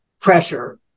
pressure